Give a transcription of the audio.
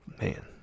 Man